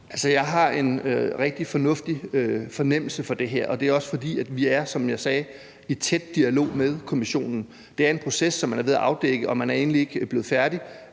Jeg har en rigtig fornuftig fornemmelse af det her, og det er også, fordi vi, som jeg sagde, er i tæt dialog med Kommissionen. Det er en proces, som man er ved at afdække, og man er ikke blevet endelig